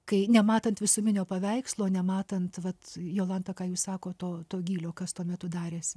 kai nematant visuominio paveikslo nematant vat jolanta ką jūs sakot to to gylio kas tuo metu darėsi